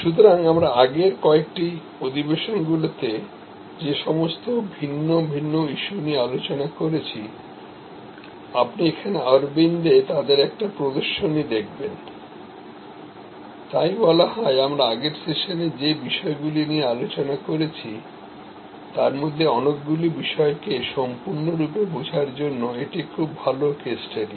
সুতরাং আমরা আগের কয়েকটি অধিবেশনগুলিতে যে সমস্ত ভিন্ন ইস্যু নিয়ে আলোচনা করেছি আপনি এখানে অরবিন্দে তাদের একটি প্রদর্শনী দেখবেন তাই বলা হয় আমরা আগের সেশনে যে বিষয়গুলি নিয়ে আলোচনা করেছিতারমধ্যে অনেকগুলি বিষয় কে সম্পূর্ণরূপে বোঝার জন্য এটি খুব ভাল কেস স্টাডি